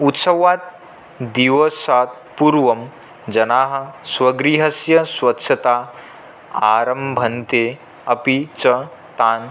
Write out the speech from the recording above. उत्सवात् दिवसात् पूर्वं जनाः स्वगृहस्य स्वच्छता आरम्भन्ते अपि च तान्